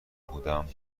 بودم